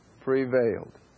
prevailed